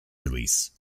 release